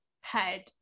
head